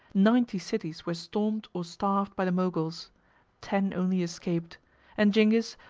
ninety cities were stormed, or starved, by the moguls ten only escaped and zingis,